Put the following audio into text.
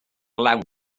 lawnt